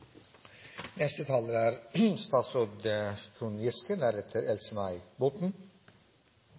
neste taler statsråd Trond Giske.